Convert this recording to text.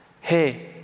Hey